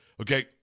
Okay